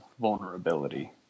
vulnerability